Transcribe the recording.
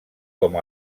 com